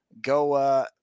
go